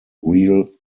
real